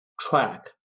track